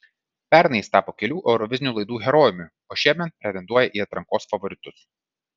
pernai jis tapo kelių eurovizinių laidų herojumi o šiemet pretenduoja į atrankos favoritus